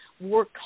work